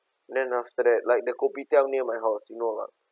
then after that like the kopitiam near my house you know lah